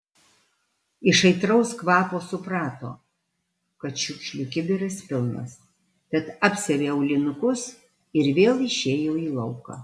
iš aitraus kvapo suprato kad šiukšlių kibiras pilnas tad apsiavė aulinukus ir vėl išėjo į lauką